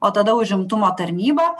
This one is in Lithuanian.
o tada užimtumo tarnyba